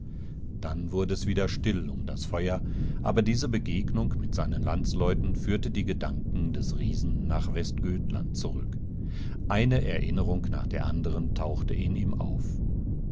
dann wurde es wieder still um das feuer aber diese begegnung mit seinen landsleuten führte die gedanken des riesen nach westgötland zurück eine erinnerungnachderanderentauchteinihmauf ichmöchtewohlwissen wasausdemskalundaerhünengrabgewordenist fragteerdieseeleute keiner von den